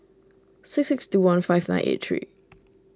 six six two one five nine eight three